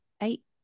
eight